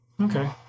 okay